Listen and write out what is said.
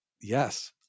Yes